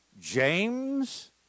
James